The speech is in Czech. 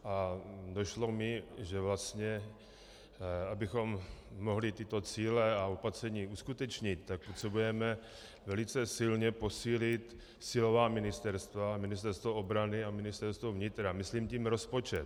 A došlo mi, že abychom mohli tyto cíle a opatření uskutečnit, potřebujeme velice silně posílit silová ministerstva, Ministerstvo obrany a Ministerstvo vnitra, myslím tím rozpočet.